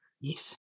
yes